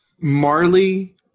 Marley